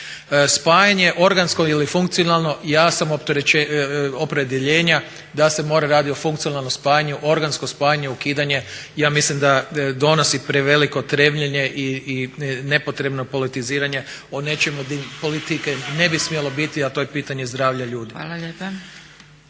Spajanje organsko ili funkcionalno ja sam opredjeljenja da se mora raditi o funkcionalnom spajanju. Organsko spajanje i ukidanje ja mislim da donosi preveliko … i nepotrebno politiziranje o nečemu gdje politike ne bi smjelo biti, a to je pitanje zdravlja ljudi.